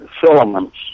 filaments